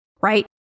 right